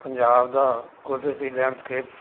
ਪੰਜਾਬ ਦਾ ਕੁਦਰਤੀ ਲੈਂਡਸਕੇਪ